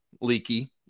Leaky